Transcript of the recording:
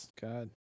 God